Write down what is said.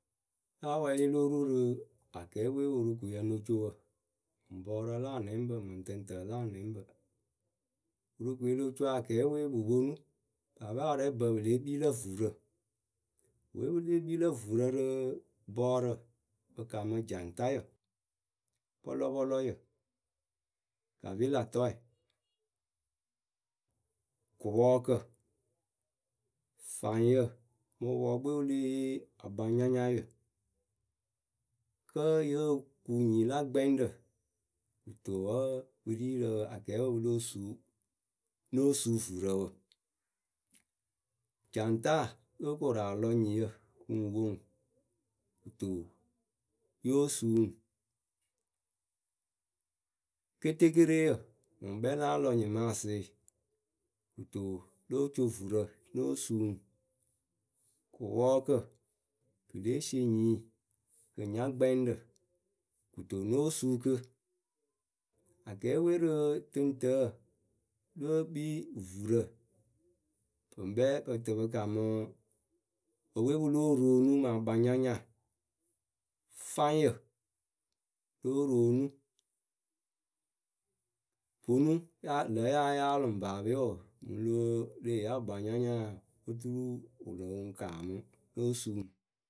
Yáa wɛɛlɩ lo ru rɨ akɛɛpɨ we Worokoyǝ ŋ no co wǝ Mɨŋ bɔɔrǝ la anɛŋbǝ mɨŋ tɨŋtǝǝ la anɛŋbǝ. Worokoe lo co akɛɛpɨ we pɨ ponu Paape arɛɛbǝ pɨ lée kpii lǝ vurǝ. Epɨ we pɨ lée kpii lǝ vurǝ rɨ bɔɔrǝ pɨ kamɨ jaŋtayǝ. pɔlɔpɔlɔyǝ, kapɩlatɔɛ, kɨpɔɔkǝ faŋyǝ mɨ wɨpɔɔkpǝ we wɨ lée yee akpaŋnyanyayǝ Kǝ́ yóo kuŋ nyɩɩ la gbɛŋɖǝ, kɨto wǝ́ pɨ ri rɨ akɛɛpǝ pɨ lóo suu, nóo suu vurǝ wǝ. Jaŋtaa lóo koru alɔ nyiyǝ kɨ ŋ wo ŋwu., Kɨto yóo suu ŋwɨ. Ketekɨreyǝ ŋwɨ ŋkpɛ láa lɔ nyɩmaasɩɩ Kɨto lóo co vurǝ lóo suu ŋwu, kɨpɔɔkǝ kɨ lée sie nyii kɨ ŋ nya gbɛŋɖǝ kɨto nóo suu kɨ Akɛɛpǝ we rɨ tɨŋtǝǝ yɨǝ kpii vurǝ, pɨŋ kpɛ pɨ tɨ pɨ kamɨ epɨ we pɨ lóo roonu mɨ akpaŋnyanya, fáŋyǝ, lóo roonu. Ponu ya lǝ̌ yáa yaalɨ ŋwɨ paape wɔɔ, mɨŋ lóo leh yee akpaŋnyanyaa, oturu wɨ lɨŋ kaamɨ lóo suu ŋwɨ.